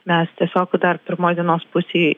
mes tiesiog dar pirmoj dienos pusėj